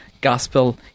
gospel